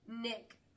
nick